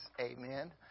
Amen